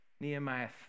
Nehemiah